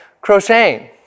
crocheting